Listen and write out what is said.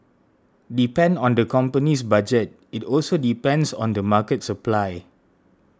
depend on the company's budget it also depends on the market supply